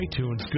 iTunes